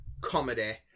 comedy